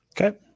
Okay